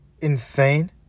insane